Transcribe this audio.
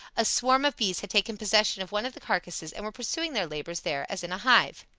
a swarm of bees had taken possession of one of the carcasses and were pursuing their labors there as in a hive.